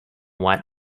white